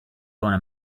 gonna